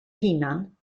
hunan